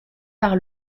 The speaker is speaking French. par